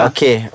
Okay